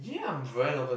yeah I'm very talkative